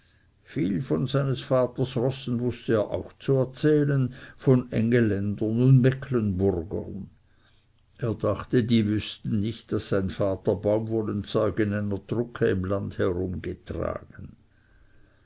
viel von seines vaters rossen wußte er auch zu erzählen von engeländern und mecklenburgern er dachte die wüßten nicht daß sein vater baumwollenzeug in einer drucke im lande herumgetragen